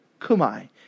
kumai